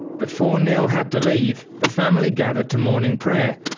before knill had to leave the family gathered to morning prayer,